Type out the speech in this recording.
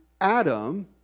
Adam